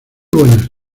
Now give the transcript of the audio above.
buenas